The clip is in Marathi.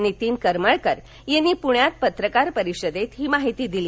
नितीन करमळकर यांनी पूण्यात पत्रकार परिषदेत ही माहिती दिली